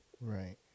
Right